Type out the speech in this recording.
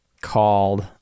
called